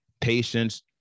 patience